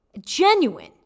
Genuine